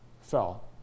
fell